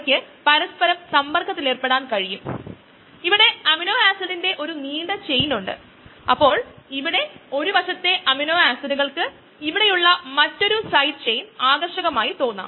2010 ൽ research journal of biological സയൻസസിൽ പ്രസിദ്ധീകരിച്ചു അസ്ഥിരീകരണ എൻസൈം സാങ്കേതികവിദ്യകളിലെ സമീപകാല മുന്നേറ്റങ്ങളും പ്രയോഗങ്ങളുമാണ് ശീർഷകം ഒരു അവലോകനം